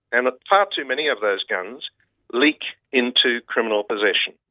and far too many of those guns leak into criminal possession.